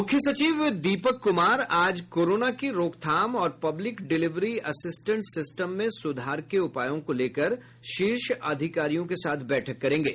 मुख्य सचिव दीपक कुमार आज कोरोना की रोकथाम और पब्लिक डिलिवरी असिस्टेंट सिस्टम में सुधार के उपायों को लेकर शीर्ष अधिकारियों के साथ बैठक करेंगे